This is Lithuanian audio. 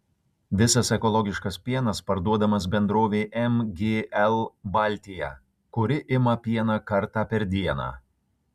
visas ekologiškas pienas parduodamas bendrovei mgl baltija kuri ima pieną kartą per dieną